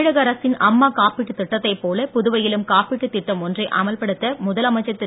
தமிழக அரசின் அம்மா காப்பீட்டுத் திட்டத்தைப் போல புதுவையிலும் காப்பீட்டுத் திட்டம் ஒன்றை அமல்படுத்த முதலமைச்சர் திரு